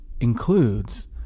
includes